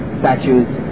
statues